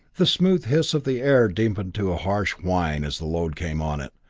the smooth hiss of the air deepened to a harsh whine as the load came on it,